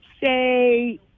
say